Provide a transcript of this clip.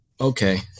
okay